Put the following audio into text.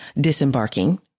disembarking